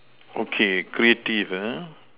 okay creative ah